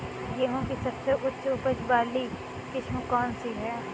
गेहूँ की सबसे उच्च उपज बाली किस्म कौनसी है?